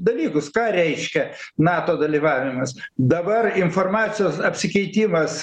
dalykus ką reiškia nato dalyvavimas dabar informacijos apsikeitimas